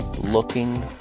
looking